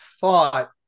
thought